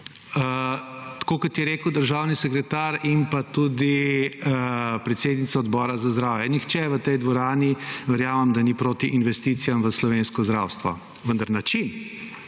Tako, kot je rekel državni sekretar in pa tudi predsednica Odbora za zdravstvo, nihče v tej dvorani verjamem da ni proti investicijam v slovensko zdravstvo. Vendar način,